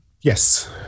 Yes